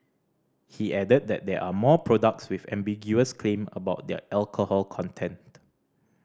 he added that there are more products with ambiguous claim about their alcohol content